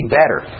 better